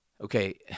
okay